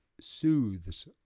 soothes